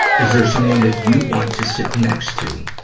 is there someone that you want to sit next to?